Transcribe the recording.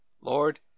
Lord